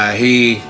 ah he